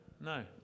No